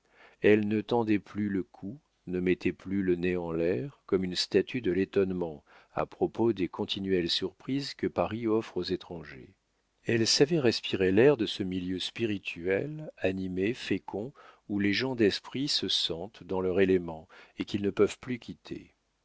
elle ne tendait plus le cou ne mettait plus le nez en l'air comme une statue de l'étonnement à propos des continuelles surprises que paris offre aux étrangers elle savait respirer l'air de ce milieu spirituel animé fécond où les gens d'esprit se sentent dans leur élément et qu'ils ne peuvent plus quitter